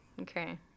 Okay